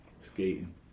Skating